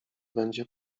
będzie